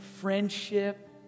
friendship